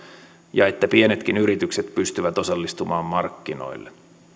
ja että pienetkin yritykset pystyvät osallistumaan markkinoille